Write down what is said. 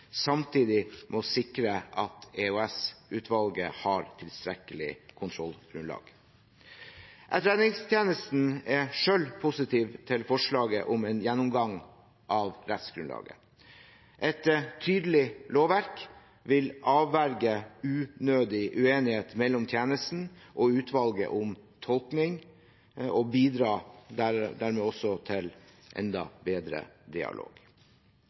samtidig må sikre at EOS-utvalget har tilstrekkelig kontrollgrunnlag. Etterretningstjenesten er selv positiv til forslaget om en gjennomgang av rettsgrunnlaget. Et tydelig lovverk vil avverge unødig uenighet mellom tjenesten og utvalget om tolkning og bidrar dermed også til enda bedre dialog.